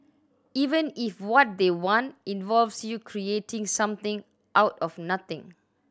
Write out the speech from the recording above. even if what they want involves you creating something out of nothing